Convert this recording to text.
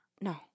No